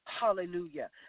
Hallelujah